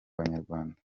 banyarwanda